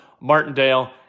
Martindale